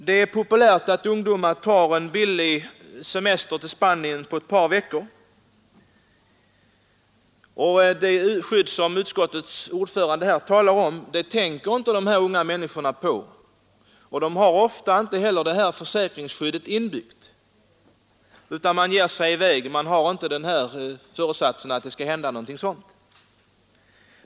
Det är populärt att ungdomar tar en billig semester i Spanien under ett par veckor, och det skydd som utskottets ordförande här talade om tänker då inte dessa unga människor på. De har ofta inte heller det försäkringsskyddet inbyggt utan ger sig i väg utan tanke på att en olycka kan inträffa.